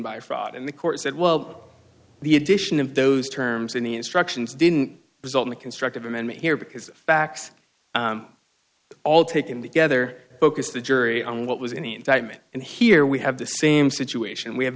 by fraud in the court said well the addition of those terms in the instructions didn't result in a constructive amendment here because facts all taken together focus the jury on what was in the indictment and here we have the same situation we have